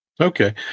Okay